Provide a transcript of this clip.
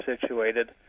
situated